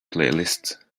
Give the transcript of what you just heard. playlist